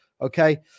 okay